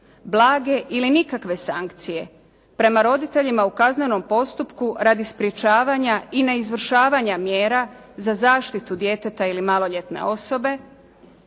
Blage ili nikakve sankcije prema roditeljima u kaznenom postupku radi sprečavanja i neizvršavanja mjera za zaštitu djeteta ili maloljetne osobe,